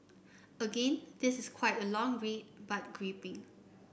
again this is quite a long read but gripping